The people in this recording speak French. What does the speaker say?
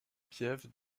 pieve